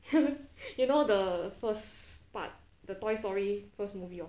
you know the first part the toy story first movie hor